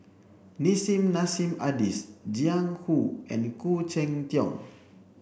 Nissim Nassim Adis Jiang Hu and Khoo Cheng Tiong